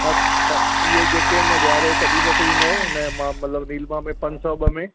हा त इहे जेके आहिनि न ॾियारे कॾहिं मोकिलींदव न मां मतिलब में पंज सौ ॿ में